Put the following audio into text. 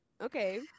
okay